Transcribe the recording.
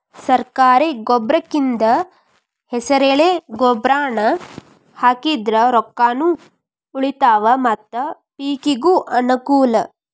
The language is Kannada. ಸರ್ಕಾರಿ ಗೊಬ್ರಕಿಂದ ಹೆಸರೆಲೆ ಗೊಬ್ರಾನಾ ಹಾಕಿದ್ರ ರೊಕ್ಕಾನು ಉಳಿತಾವ ಮತ್ತ ಪಿಕಿಗೂ ಅನ್ನಕೂಲ